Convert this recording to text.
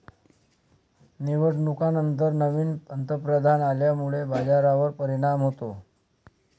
निवडणुकांनंतर नवीन पंतप्रधान आल्यामुळे बाजारावर परिणाम होतो